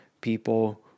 people